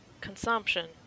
consumption